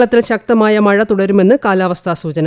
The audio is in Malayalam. കേരളത്തിൽ ശക്തമായ മഴ തുടരുമെന്ന് കാലാവസ്ഥാ സൂചന